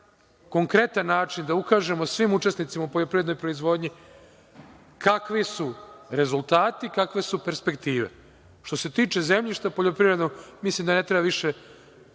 konkretan način da ukažemo svim učesnicima u poljoprivrednoj proizvodnji kakvi su rezultati, kakve su perspektive. Što se tiče poljoprivrednog zemljišta, mislim da ne treba više